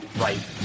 right